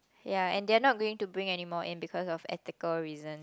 ya and they are not going to bring anymore in because of ethical reason